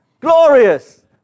glorious